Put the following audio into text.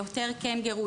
יותר קנגורו,